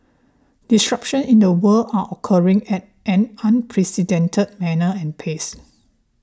disruptions in the world are occurring at an unprecedented manner and pace